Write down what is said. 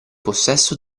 possesso